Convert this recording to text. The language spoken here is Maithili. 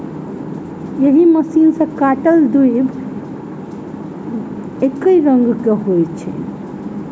एहि मशीन सॅ काटल दुइब एकै रंगक होइत छै